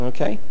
Okay